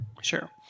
Sure